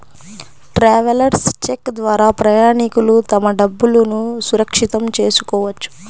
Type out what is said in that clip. travellers cheque ద్వారా ప్రయాణికులు తమ డబ్బులును సురక్షితం చేసుకోవచ్చు